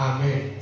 Amen